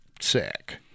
sick